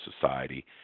society